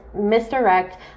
misdirect